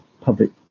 public